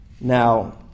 Now